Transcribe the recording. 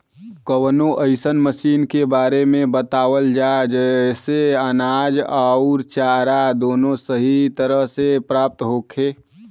कवनो अइसन मशीन के बारे में बतावल जा जेसे अनाज अउर चारा दोनों सही तरह से प्राप्त होखे?